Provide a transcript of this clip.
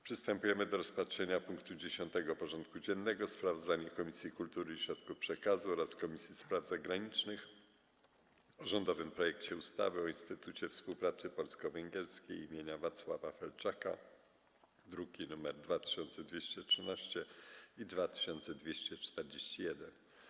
Przystępujemy do rozpatrzenia punktu 10. porządku dziennego: Sprawozdanie Komisji Kultury i Środków Przekazu oraz Komisji Spraw Zagranicznych o rządowym projekcie ustawy o Instytucie Współpracy Polsko-Węgierskiej im. Wacława Felczaka (druki nr 2213 i 2241)